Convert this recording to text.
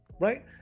right